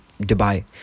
Dubai